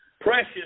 Precious